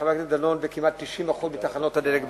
חבר הכנסת דנון, כמעט ב-90% מתחנות הדלק בארץ.